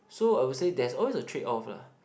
so I will say there's always a trade off lah